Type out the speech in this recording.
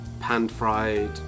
pan-fried